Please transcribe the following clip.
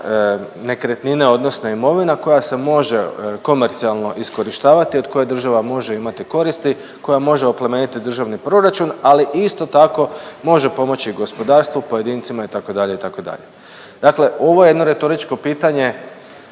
nekretnine odnosno imovina koja se može komercijalno iskorištavati i od koje država može imati koristi, koja može oplemeniti državni proračun, ali isto tako može pomoći i gospodarstvu i pojedincima itd., itd.. Dakle ovo je jedno retoričko pitanje